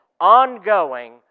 ongoing